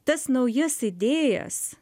tas naujas idėjas